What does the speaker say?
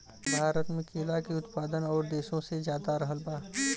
भारत मे केला के उत्पादन और देशो से ज्यादा रहल बा